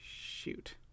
Shoot